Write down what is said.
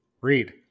Read